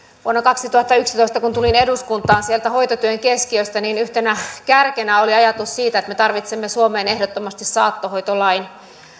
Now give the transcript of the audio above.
vuonna kaksituhattayksitoista kun tulin eduskuntaan sieltä hoitotyön keskiöstä yhtenä kärkenä oli ajatus siitä että me tarvitsemme suomeen ehdottomasti saattohoitolain